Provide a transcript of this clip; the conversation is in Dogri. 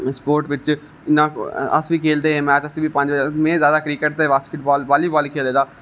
स्पोट बिच इन्ना अस बी खेलदे मैच अस बी पंज बजे में ज्यादा क्रिकट ते बास्किटबाल बालीबाल खेले दा